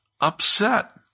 upset